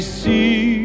see